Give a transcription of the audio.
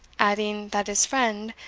adding, that his friend,